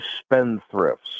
spendthrifts